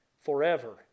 forever